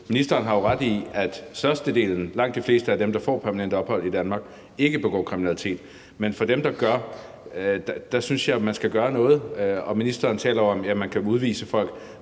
Ministeren har jo ret i, at langt de fleste af dem, der får permanent ophold i Danmark, ikke begår kriminalitet, men jeg synes, man skal gøre noget med hensyn til dem, der gør. Ministeren taler om, at man kan udvise folk,